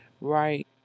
Right